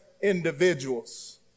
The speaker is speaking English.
individuals